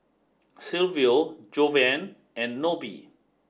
Silvio Jovan and Nobie